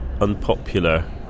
unpopular